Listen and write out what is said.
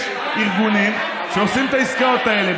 יש ארגונים שעושים את העסקאות האלה.